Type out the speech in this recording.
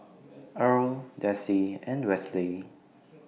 Earl Desi and Westley